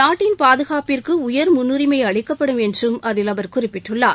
நாட்டின் பாதுனாப்பிற்கு உயர் முன்னுரிமை அளிக்கப்படும் என்றும் அதில் அவர் குறிப்பிட்டுள்ளார்